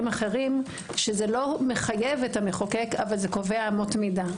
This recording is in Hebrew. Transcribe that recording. אחרים שזה לא מחייב את המחוקק אבל זה קובע אמות מידה.